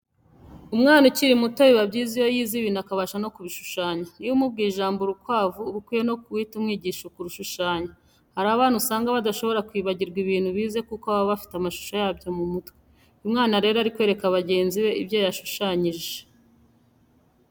Umwana ukiri muto biba byiza iyo yize ibintu akabasha no kubishushanya, niba umubwiye ijambo urukwavu, uba ukwiye no guhita umwigisha kurushushanya. Hari abana usanga badashobora kwibagirwa ibintu bize kuko baba bafite amashusho yabyo mu mutwe. Uyu mwana rero ari kwereka bagenzi be ibyo yashushanyije.